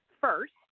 first